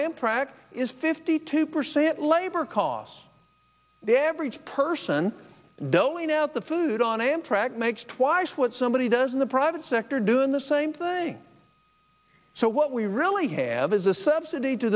amtrak is fifty two percent labor costs the average person though it out the food on amtrak makes twice what somebody does in the private sector doing the same thing so what we really have is a subsidy